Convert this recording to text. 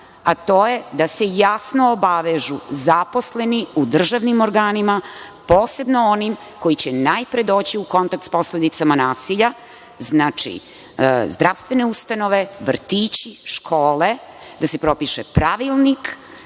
a to je da se jasno obavežu zaposleni u državnim organima, posebno onim koji će najpre doći u kontakt s posledicama nasilja, znači, zdravstvene ustanove, vrtići, škole, da se propiše pravilnik